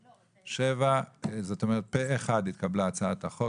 7. הצבעה אושר פה אחד התקבלה הצעת החוק